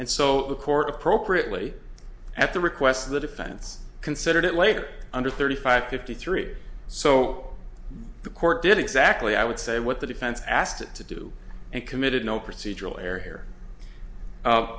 and so the court appropriately at the request of the defense considered it later under thirty five fifty three so the court did exactly i would say what the defense asked it to do and committed no procedural error here